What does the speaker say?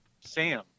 Sam